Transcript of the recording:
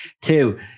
two